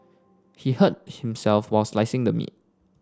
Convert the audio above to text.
he hurt himself while slicing the meat